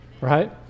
Right